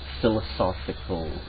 philosophical